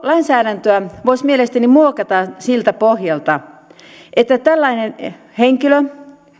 lainsäädäntöä voisi mielestäni muokata siltä pohjalta että tällainen henkilö